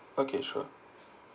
okay sure